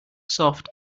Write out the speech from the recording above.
soft